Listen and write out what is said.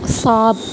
سات